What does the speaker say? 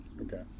Okay